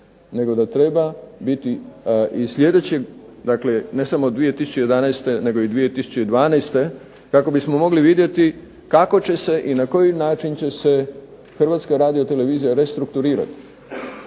nego da treba biti i sljedećim, dakle ne samo 2011. nego i 2012. kako bismo mogli vidjeti kako će se i na koji način će se Hrvatska radiotelevizija restrukturirati.